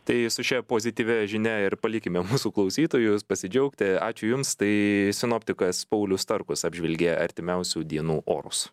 tai su šia pozityvia žinia ir palikime mūsų klausytojus pasidžiaugti ačiū jums tai sinoptikas paulius starkus apžvelgė artimiausių dienų orus